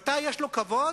מתי יש לו כבוד?